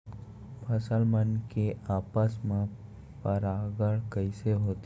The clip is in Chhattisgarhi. फसल मन के आपस मा परागण कइसे होथे?